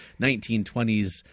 1920s